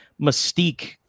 mystique